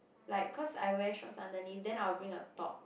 like cause I wear shorts underneath then I will bring a top